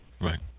Right